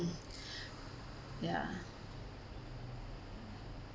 ya